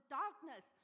darkness